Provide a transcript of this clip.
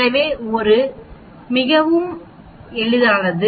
எனவே இது மிகவும் எளிது